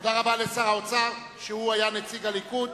תודה רבה לשר האוצר, שהיה נציג הליכוד.